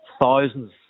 Thousands